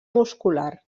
muscular